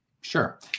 Sure